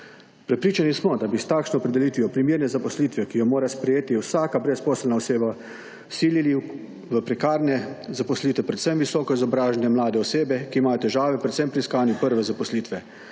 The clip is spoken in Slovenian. Prepričani smo, da bi s takšno opredelitvijo primerne zaposlitve, ki jo mora sprejeti vsaka brezposelna oseba, silili v prekarne zaposlitve predvsem visoko izobražene mlade osebe, ki imajo težave predvsem pri iskanju prve zaposlitve,